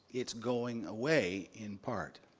it's going away, in part,